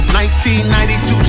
1992